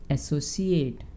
Associate